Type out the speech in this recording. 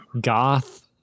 goth